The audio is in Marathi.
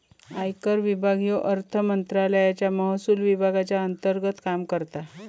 आयकर विभाग ह्यो अर्थमंत्रालयाच्या महसुल विभागाच्या अंतर्गत काम करता